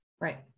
Right